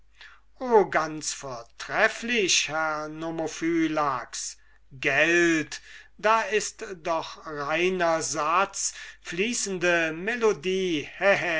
ganz vortrefflich herr nomophylax gelt da ist doch ein reiner satz fließende melodie